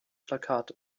plakat